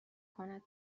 کند